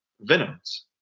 venoms